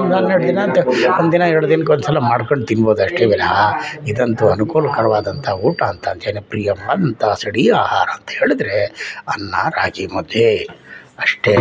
ಒಂದು ದಿನ ಎರಡು ದಿನಕ್ಕೆ ಒಂದ್ಸಲ ಮಾಡ್ಕೊಂಡು ತಿನ್ಬೋದು ಅಷ್ಟೇ ವಿನಃ ಇದಂತೂ ಅನುಕೂಲಕರವಾದಂಥ ಊಟ ಅಂತ ಜನಪ್ರಿಯವಾದಂಥ ಸಡಿಯ ಆಹಾರ ಅಂಥೇಳಿದ್ರೆ ಅನ್ನ ರಾಗಿ ಮುದ್ದೆ ಅಷ್ಟೆ